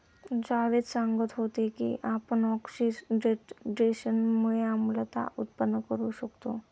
जावेद सांगत होते की आपण ऑक्सिडेशनने आम्लता उत्पन्न करू शकतो